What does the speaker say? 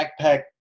backpack